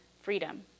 freedom